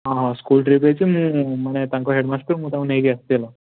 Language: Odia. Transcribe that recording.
ହଁ ହଁ ସ୍କୁଲ୍ ଟ୍ରିପ୍ ହୋଇଛି ମୁଁ ମାନେ ତାଙ୍କ ହେଡମାଷ୍ଟର୍ ମୁଁ ତାଙ୍କୁ ନେଇକି ଆସିଛି ହେଲା